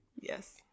Yes